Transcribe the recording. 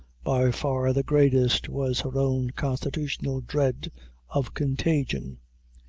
by far the greatest was her own constitutional dread of contagion.